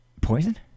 poison